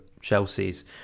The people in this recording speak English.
Chelsea's